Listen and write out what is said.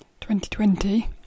2020